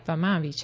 આપવામાં આવી છે